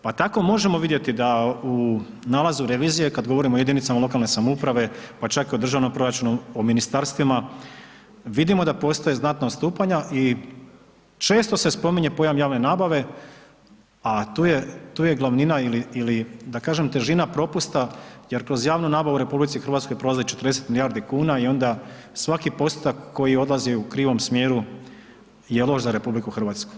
Pa tako možemo vidjeti da u nalazu revizije kad govorimo o jedinicama lokalne samouprave, pa čak i o državnom proračunu, o ministarstvima, vidimo da postoje znatna odstupanja i često se spominje pojam javne nabave, a tu je glavnina ili da kažem težina propusta jer kroz javnu nabavu u RH prolazi 40 milijardi kuna i onda svaki postotak koji odlazi u krivom smjeru je loš za RH.